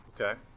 Okay